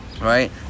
right